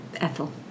ethel